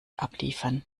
abliefern